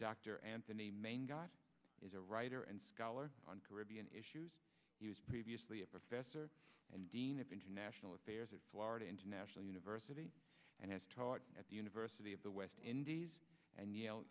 dr anthony main guy is a writer and scholar on caribbean issues previously a professor and dean of international affairs at florida international university and has taught at the university of the west indies and yale